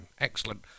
Excellent